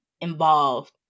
involved